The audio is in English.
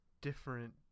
different